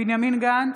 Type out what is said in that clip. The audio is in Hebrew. בנימין גנץ,